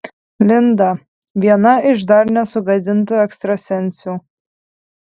linda viena iš dar nesugadintų ekstrasensių